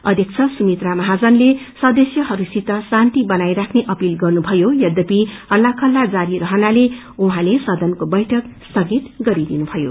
अध्यक्ष सुमित्रा महाजनले सदस्यहरूसित शान्ति बनाईराख्ने अपील गर्नुभयो यद्यपि हल्लाखल्ला जारी रहनाले उहाँले सदनको बैठक स्थगित गरिदिनुभयो